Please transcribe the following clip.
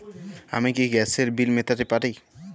আমি কি গ্যাসের বিল মেটাতে পারি?